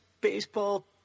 Baseball